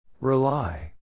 Rely